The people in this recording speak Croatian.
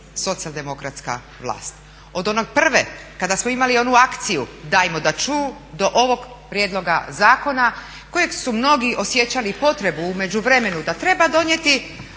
socijaldemokratska vlast. Od one prve, kada smo imali onu akciju "Dajmo da čuju" do ovog prijedloga zakona kojeg su mnogi osjećali potrebu u međuvremenu da treba donijeti